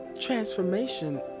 transformation